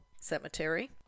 Cemetery